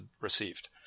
received